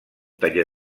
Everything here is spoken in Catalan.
taller